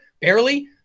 Barely